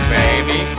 baby